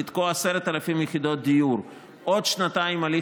לתקוע 10,000 יחידות דיור עוד שנתיים בהליך